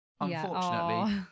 unfortunately